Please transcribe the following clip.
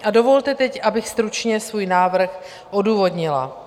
A dovolte teď, abych stručně svůj návrh odůvodnila.